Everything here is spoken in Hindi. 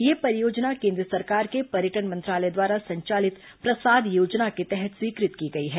यह परियोजना केन्द्र सरकार के पर्यटन मंत्रालय द्वारा संचालित प्रसाद योजना के तहत स्वीकृत की गई है